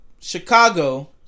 Chicago